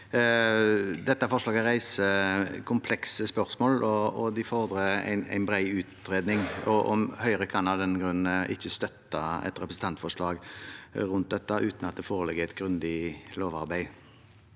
Dette forslaget reiser komplekse spørsmål, og de fordrer en bred utredning. Høyre kan av den grunn ikke støtte et representantforslag rundt dette uten at det foreligger et grundig lovarbeid.